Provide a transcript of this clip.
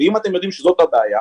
אם אתם יודעים שזאת הבעיה,